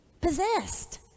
possessed